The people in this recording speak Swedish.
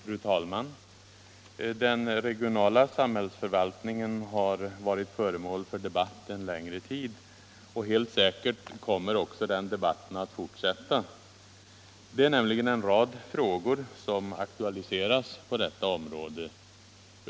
Fru talman! Den regionala samhällsförvaltningen har varit föremål för debatt en längre tid. Helt säkert kommer också den debatten att fortsätta. Det är nämligen en rad frågor som aktualiseras på detta område.